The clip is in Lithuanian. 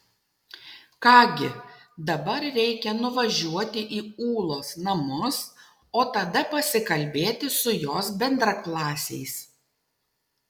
ką gi dabar reikia nuvažiuoti į ūlos namus o tada pasikalbėti su jos bendraklasiais